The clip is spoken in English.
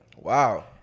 Wow